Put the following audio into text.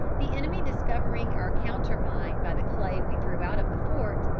the enemy discovering our counter mine by the clay we threw out of the fort,